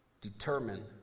determine